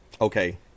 okay